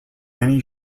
many